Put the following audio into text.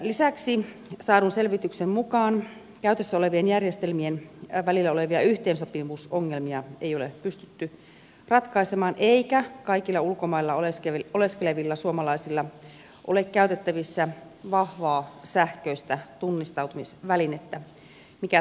lisäksi saadun selvityksen mukaan käytössä olevien järjestelmien välillä olevia yhteensopivuusongelmia ei ole pystytty ratkaisemaan eikä kaikilla ulkomailla oleskelevilla suomalaisilla ole käytettävissä vahvaa sähköistä tunnistautumisvälinettä mikä tarvitaan